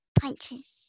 punches